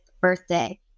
birthday